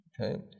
Okay